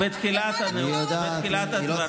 כאן בתחילת הדברים.